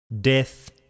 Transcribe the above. Death